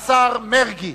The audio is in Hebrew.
השר מרגי,